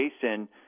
Jason